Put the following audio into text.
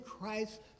Christ